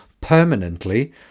permanently